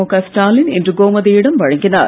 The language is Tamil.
முக ஸ்டாலின் இன்று கோமதியிடம் வழங்கினார்